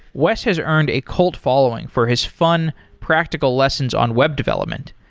wes has earned a cult following for his fun, practical lessons on web development.